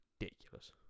ridiculous